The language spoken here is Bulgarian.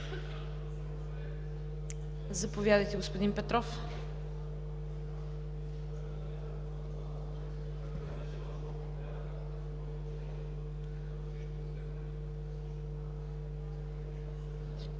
Заповядайте, господин Петров.